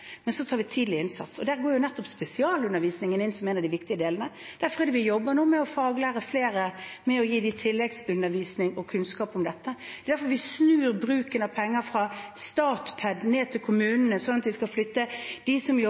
tidlig innsats. Der går nettopp spesialundervisningen inn som en av de viktige delene. Derfor jobber vi nå med å få flere faglærte, med å gi dem tilleggsundervisning og kunnskap. Det er derfor vi snur bruken av penger fra Statped til kommunene, sånn at vi flytter dem som jobber med spesialpedagogikk, nærmere, inn i klasserommet. Dette leverte vi en stortingsmelding om for tre og et halvt år siden, som